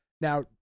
now